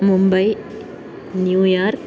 Mumbai New York